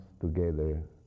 together